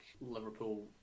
liverpool